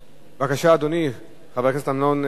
בבקשה, אדוני, חבר הכנסת אמנון כהן,